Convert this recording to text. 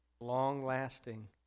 long-lasting